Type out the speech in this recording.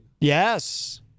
yes